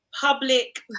public